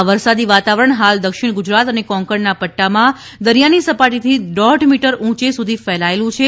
આ વરસાદી વાતાવરણ હાલ દક્ષિણ ગુજરાત અને કોંકણના પદ્દામાં દરિયાની સપાટીથી દોઢ કિલોમીટર ઊંચે સુધી ફેલાયેલુ છે